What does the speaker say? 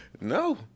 No